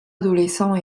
adolescents